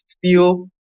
feel